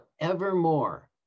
forevermore